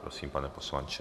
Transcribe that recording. Prosím, pane poslanče.